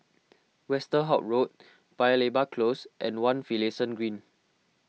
Westerhout Road Paya Lebar Close and one Finlayson Green